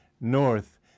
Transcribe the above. north